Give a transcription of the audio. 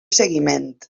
seguiment